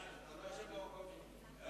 ההצעה להעביר את הצעת חוק הרשות לפיתוח הנגב